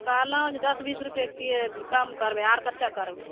कहलहुॅं जे दस बीस रुपये कि कम करबै आर कतेक करबै